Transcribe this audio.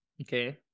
Okay